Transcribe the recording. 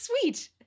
sweet